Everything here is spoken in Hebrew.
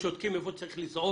ושותקים איפה שצריך לזעוק.